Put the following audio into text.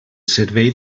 servei